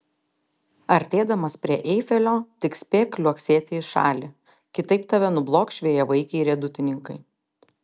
artėdamas prie eifelio tik spėk liuoksėti į šalį kitaip tave nublokš vėjavaikiai riedutininkai